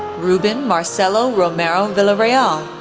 ruben marcelo romero villarreal,